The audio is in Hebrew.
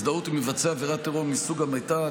הזדהות עם מבצע עבירת טרור מסוג המתה),